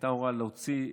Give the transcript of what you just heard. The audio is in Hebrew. הייתה הוראה להוציא,